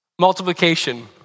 Multiplication